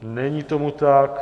Není tomu tak.